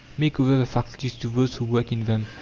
make over the factories to those who work in them.